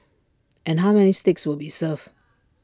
and how many steaks will be served